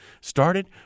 started